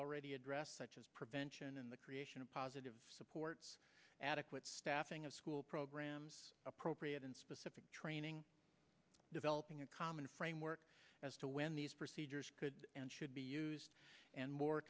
already addressed such as prevention and the creation of positive supports adequate staffing of school programs appropriate and specific training developing a common framework as to when these procedures could and should be used and more